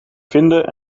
vinden